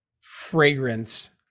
fragrance